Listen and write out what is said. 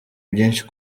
byinshi